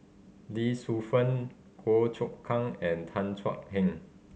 Lee Shu Fen Goh Chok Kang and Tan Thua Heng